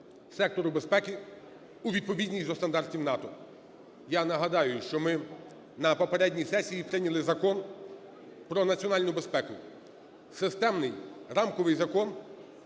сектору безпеки у відповідність до стандартів НАТО. Я нагадаю, що ми на попередній сесії прийняли Закон про національну безпеку. Системний, рамковий закон,